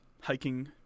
hiking